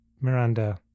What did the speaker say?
Miranda